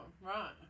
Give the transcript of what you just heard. right